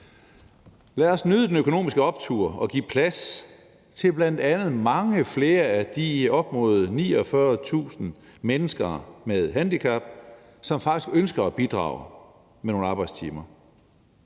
Lad os nyde den økonomiske optur og give plads til bl.a. mange flere af de op mod 49.000 mennesker med handicap, som faktisk ønsker at bidrage med nogle arbejdstimer.